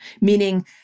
meaning